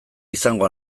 izango